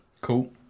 Cool